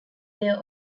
their